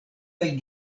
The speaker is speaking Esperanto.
kaj